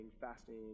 fasting